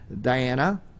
Diana